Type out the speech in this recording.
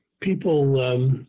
People